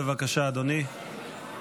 בבקשה, אדוני.